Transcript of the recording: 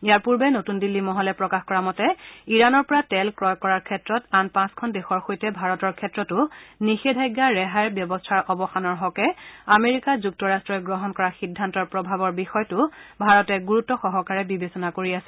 ইয়াৰ পূৰ্বে নতুন দিল্লী মহলে প্ৰকাশ কৰা মতে ইৰাণৰ পৰা তেল ক্ৰয় কৰাৰ ক্ষেত্ৰত আন পাঁচখন দেশৰ সৈতে ভাৰতৰ ক্ষেত্ৰতো নিষেধাজ্ঞা ৰেহাইৰ ব্যৱস্থাৰ অৱসানৰ হকে আমেৰিকা যুক্তৰট্টই গ্ৰহণ কৰা সিদ্ধান্তৰ প্ৰভাৱৰ বিষয়টো ভাৰতে গুৰুত্ত সহকাৰে বিবেচনা কৰি আছে